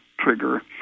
trigger